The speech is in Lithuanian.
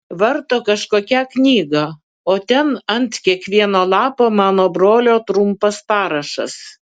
varto kažkokią knygą o ten ant kiekvieno lapo mano brolio trumpas parašas